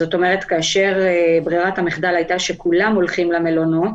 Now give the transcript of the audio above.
כאשר ברירת המחדל הייתה שכולם הולכים למלונות,